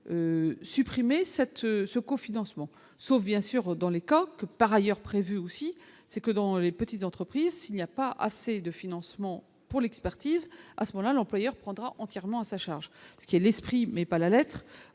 supprimer cette ce cofinancement, sauf bien sûr dans les coques par ailleurs prévu aussi, c'est que dans les petites entreprises, s'il n'y a pas assez de financement pour l'expertise à ce là l'employeur. Prendra entièrement à sa charge, ce qui est l'esprit mais pas la Lettre